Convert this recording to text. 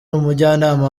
umujyanama